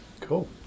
Cool